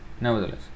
nevertheless